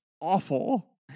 Awful